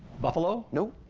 buffalo. no.